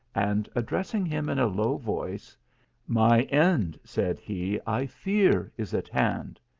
and address ing him in a low voice my end, said he, i fear is at hand.